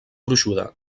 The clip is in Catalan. gruixuda